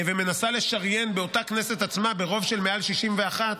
ומנסה לשריין באותה כנסת עצמה ברוב של מעל 61,